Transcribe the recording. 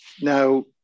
now